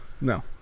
No